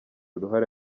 uruhare